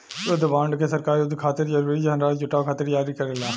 युद्ध बॉन्ड के सरकार युद्ध खातिर जरूरी धनराशि जुटावे खातिर जारी करेला